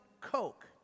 coke